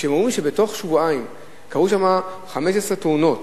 וכשהם רואים שבתוך שבועיים קרו שם 15 תאונות,